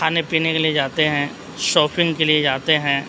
کھانے پینے کے لیے جاتے ہیں شاپنگ کے لیے جاتے ہیں